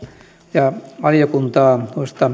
ja valiokuntaa